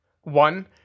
one